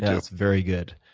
it's very good.